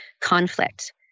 conflict